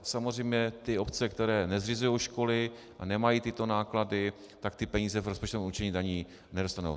Samozřejmě ty obce, které nezřizují školy a nemají tyto náklady, tak ty peníze z rozpočtového určení daní nedostanou.